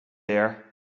there